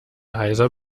heiser